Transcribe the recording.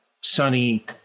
Sunny